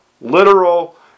literal